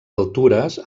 altures